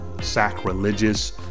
sacrilegious